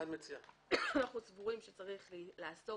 אנחנו סבורים שצריך לכתוב